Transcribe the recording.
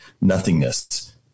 nothingness